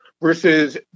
versus